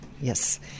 Yes